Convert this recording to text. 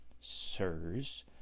sirs